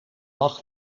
lag